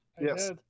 Yes